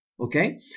Okay